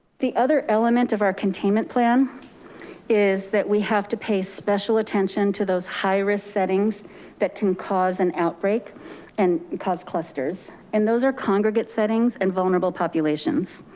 the other element of our containment plan is that we have to pay special attention to those high risk settings that can cause an outbreak and cause clusters. and those are congregate settings and vulnerable populations.